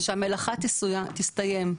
ושהמלאכה תסתיים.